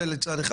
זה לצד אחד.